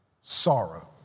Sorrow